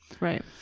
right